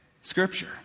scripture